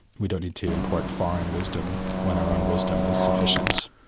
we don't need to import foreign wisdom when our own wisdom is sufficient.